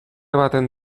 baten